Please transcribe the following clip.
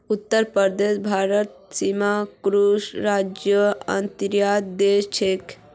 उत्तर प्रदेश भारतत शीर्ष कृषि राज्जेर अंतर्गतत वश छेक